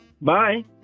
Bye